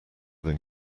than